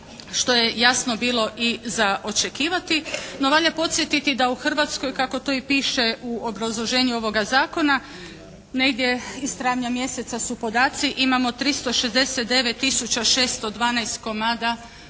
što je jasno bilo i za očekivati. No, valja podsjetiti da u Hrvatskoj kako to i piše u obrazloženju ovoga zakona negdje iz travnja mjeseca su podaci, imamo 369 tisuća 612 komada legalnog